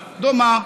דומה.